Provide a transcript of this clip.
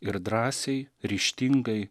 ir drąsiai ryžtingai